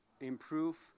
improve